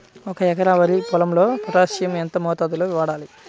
ఒక ఎకరా వరి పొలంలో పోటాషియం ఎంత మోతాదులో వాడాలి?